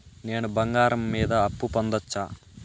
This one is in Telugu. నేను బంగారం మీద అప్పు పొందొచ్చా?